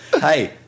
Hey